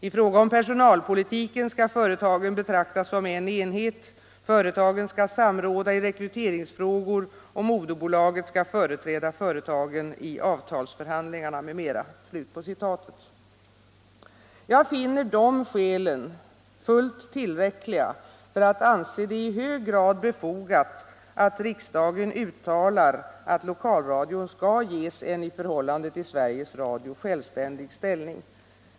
I fråga om personalpolitiken skall företagen betraktas som en enhet; företagen skall samråda i rekryteringsfrågor, och moderbolaget skall företräda företagen i avtalsförhandlingarna m.m.” Jag finner dessa skäl fullt tillräckliga för att anse det i hög grad befogat att riksdagen uttalar att lokalradion skall ges en i förhållande till Sveriges Radio självständig ställning.